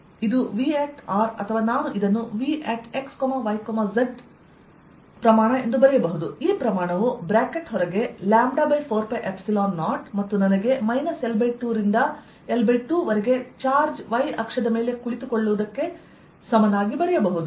ಇದು V ಅಥವಾ ನಾನು ಇದನ್ನು Vx y z ಪ್ರಮಾಣವು ಬ್ರಾಕೆಟ್ ಹೊರಗೆ λ4π0 ಮತ್ತು ನನಗೆ L2 ರಿಂದ L2ವರೆಗೆ ಚಾರ್ಜ್ y ಅಕ್ಷದ ಮೇಲೆ ಕುಳಿತುಕೊಳ್ಳುವುದಕ್ಕೆ ಸಮನಾಗಿ ಬರೆಯಬಹುದು